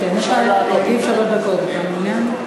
להגיב שלוש דקות, אתה מעוניין?